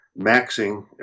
maxing